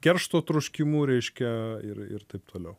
keršto troškimu reiškia ir ir taip toliau